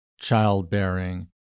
childbearing